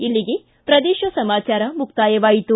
ಇಲ್ಲಿಗೆ ಪ್ರದೇಶ ಸಮಾಚಾರ ಮುಕ್ತಾಯವಾಯಿತು